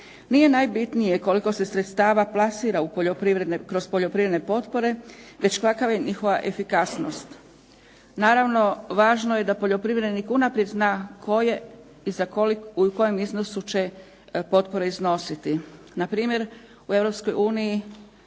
Nije najbitnije koliko se sredstava plasira kroz poljoprivredne potpore, već kakva je njihova efikasnost. Naravno, važno je da poljoprivrednik unaprijed zna koje i u kojem iznosu će potpore iznositi. Npr. u